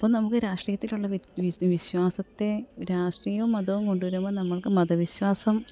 ഇപ്പോൾ നമുക്ക് രാഷ്ട്രീയത്തിലുള്ള വിശ്വാസത്തെ രാഷ്ട്രീയവും മതവും കൊണ്ടു വരുമ്പോൾ നമ്മൾക്ക് മതവിശ്വാസം